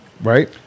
right